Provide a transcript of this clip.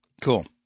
Cool